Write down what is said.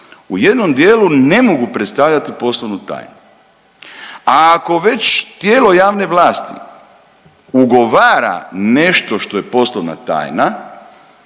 u jednom dijelu ne mogu predstavljati poslovnu tajnu, a ako već tijelo javne vlasti ugovora nešto što je poslovna tajna,